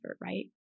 right